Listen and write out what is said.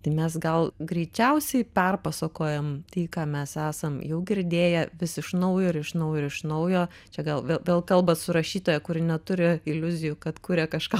tai mes gal greičiausiai perpasakojam tik ką mes esam jau girdėję vis iš naujo ir iš naujo iš naujo čia gal vė vėl kalbat su rašytoja kuri neturi iliuzijų kad kuria kažką